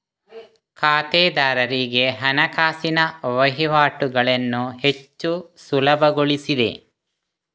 ಖಾತೆದಾರರಿಗೆ ಹಣಕಾಸಿನ ವಹಿವಾಟುಗಳನ್ನು ಹೆಚ್ಚು ಸುಲಭಗೊಳಿಸಿದೆ